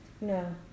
No